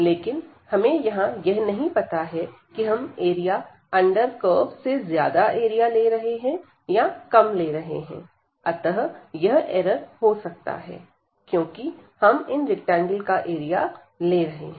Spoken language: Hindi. लेकिन हमें यहां यह नहीं पता कि हम एरिया अंडर कर्व से ज्यादा एरिया ले रहे हैं या कम ले रहे हैं अतः यह एरर हो सकता हैं क्योंकि हम इन रैक्टेंगल का एरिया ले रहे हैं